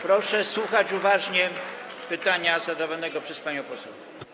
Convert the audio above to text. Proszę słuchać uważnie pytania zadawanego przez panią poseł.